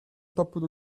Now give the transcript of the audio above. tapout